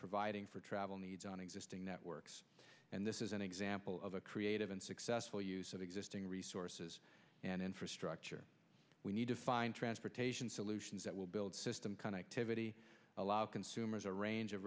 providing for travel needs on existing networks and this is an example of a creative and successful use of existing resources and infrastructure we need to find transportation solutions that will build system connectivity allow consumers a range of